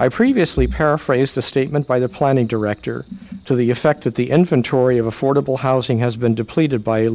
i previously paraphrased a statement by the planning director to the effect that the infant torrie of affordable housing has been depleted by